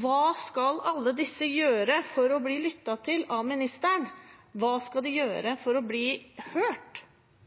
Hva skal alle disse gjøre for å bli lyttet til av statsråden? Hva skal de gjøre for å bli hørt?